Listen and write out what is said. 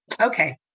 okay